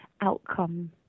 outcome